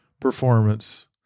performance